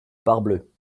parbleu